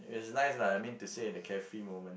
it's nice lah I mean to say the carefree moments